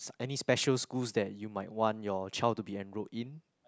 any special schools that you might want your child to be enrolled in